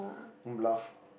don't bluff